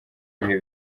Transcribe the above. bihe